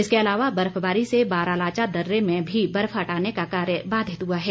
इसके अलावा बर्फबारी से बारालाचा दर्रे में भी बर्फ हटाने का कार्य बाधित हुआ है